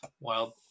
Wild